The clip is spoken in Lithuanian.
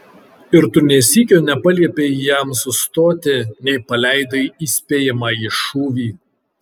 ir tu nė sykio nepaliepei jam sustoti nei paleidai įspėjamąjį šūvį